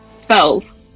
spells